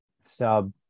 sub